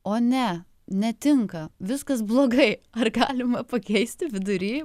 o ne netinka viskas blogai ar galima pakeisti vidury